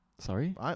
Sorry